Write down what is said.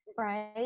right